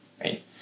right